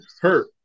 hurt